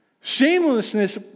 Shamelessness